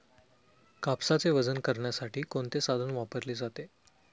कापसाचे वजन करण्यासाठी कोणते साधन वापरले जाते?